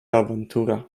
awantura